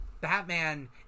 Batman